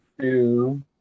two